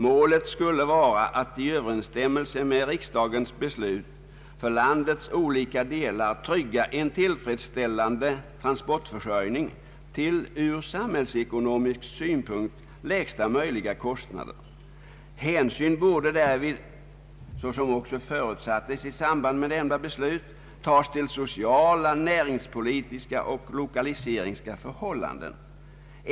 ”Målet skulle vara att i överensstämmelse med riksdagens beslut för landets olika delar trygga en tillfredsställande transportförsörjning till ur samhällsekonomisk synpunkt lägsta möjliga kostnader. Hänsyn borde därvid, såsom också förutsatts i samband med nämnda beslut, tas till sociala, näringspolitiska och lokaliseringspolitiska förhållanden.